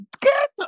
get